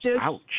Ouch